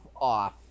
off